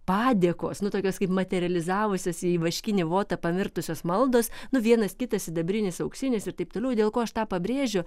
padėkos nu tokios kaip materializavusios į vaškinį votą pavirtusios maldos nu vienas kitas sidabrinis auksinis ir taip toliau dėl ko aš tą pabrėžiu